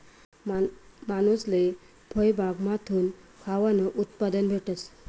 मानूसले फयबागमाथून खावानं उत्पादन भेटस